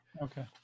Okay